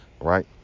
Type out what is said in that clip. right